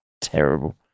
terrible